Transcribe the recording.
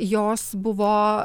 jos buvo